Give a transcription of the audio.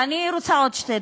אני רוצה עוד שתי דקות.